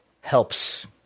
helps